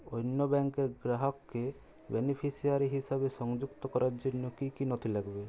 অন্য ব্যাংকের গ্রাহককে বেনিফিসিয়ারি হিসেবে সংযুক্ত করার জন্য কী কী নথি লাগবে?